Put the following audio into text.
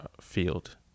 field